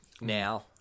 now